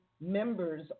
members